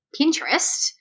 Pinterest